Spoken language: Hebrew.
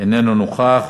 איננו נוכח,